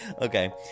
okay